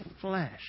flesh